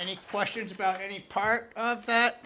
any questions about any part of that